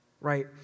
right